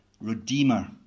redeemer